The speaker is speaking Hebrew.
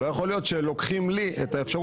לא יכול להיות שלוקחים לי את האפשרות